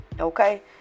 okay